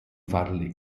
farle